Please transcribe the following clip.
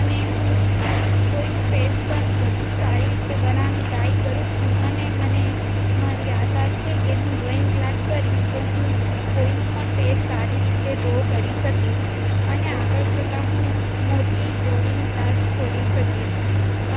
અને હું કોઈનું ફેસ પણ બહું સારી રીતે બનાવવાનું ટ્રાય કરું છું અને મને મારી આશા છે કે હું ડ્રોઈંગ ક્લાસ કરીશ તો હું કોઈનું પણ ફેસ સારી રીતે ડ્રો કરી શકીશ અને આગળ જતા હું મોટી ડ્રોઈંગ ક્લાસ ખોલી શકીશ